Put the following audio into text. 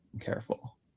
careful